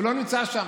הוא לא נמצא שם,